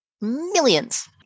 millions